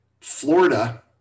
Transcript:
Florida